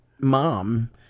mom